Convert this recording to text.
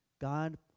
God